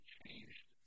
changed